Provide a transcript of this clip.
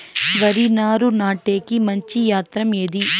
వరి నారు నాటేకి మంచి యంత్రం ఏది?